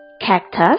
Cactus